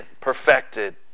perfected